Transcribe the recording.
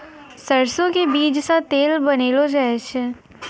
सरसों के बीज सॅ तेल बनैलो जाय छै